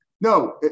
No